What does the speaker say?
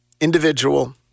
individual